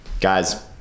Guys